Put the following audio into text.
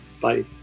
Bye